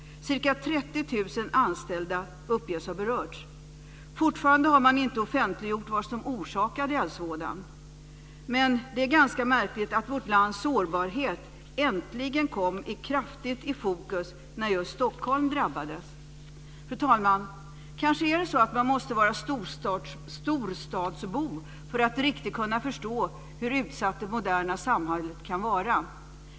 Ca 30 000 anställda uppges ha berörts. Fortfarande har man inte offentliggjort vad som orsakade eldsvådan. Men det är ganska märkligt att vårt lands sårbarhet äntligen kom kraftigt i fokus när just Stockholm drabbades. Fru talman! Kanske är det så att man måste vara storstadsbo för att riktigt kunna förstå hur utsatt det moderna samhället kan vara.